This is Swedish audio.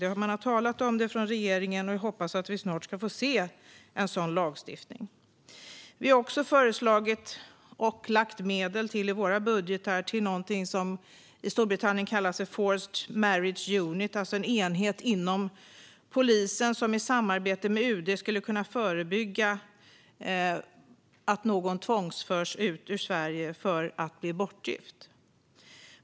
Regeringen har talat om detta, och jag hoppas att vi snart får se en sådan lagstiftning. Vi har också föreslagit, och lagt medel till detta i våra budgetar, till något som i Storbritannien kallas Forced Marriage Unit. Det är en enhet inom polisen som i samarbete med UD skulle kunna förebygga att någon med tvång förs ut ur Sverige för att bli bortgift.